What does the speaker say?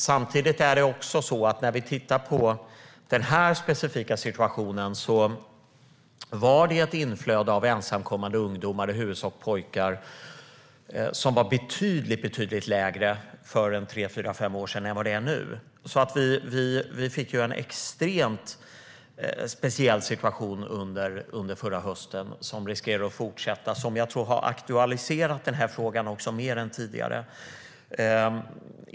Samtidigt ser vi när vi tittar på den här specifika situationen att inflödet av ensamkommande ungdomar, i huvudsak pojkar, var betydligt lägre för en tre fyra fem år sedan än det är nu. Vi fick en extremt speciell situation under förra hösten, som riskerar att fortsätta och som jag tror har aktualiserat den här frågan mer än tidigare.